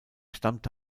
stammte